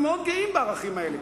אנחנו מאוד גאים בערכים האלה,